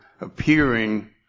appearing